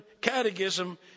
catechism